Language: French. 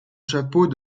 chapeau